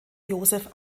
joseph